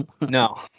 No